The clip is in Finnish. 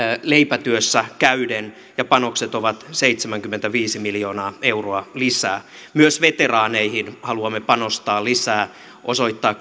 leipätyössä käyden panokset ovat seitsemänkymmentäviisi miljoonaa euroa lisää myös veteraaneihin haluamme panostaa lisää osoittaa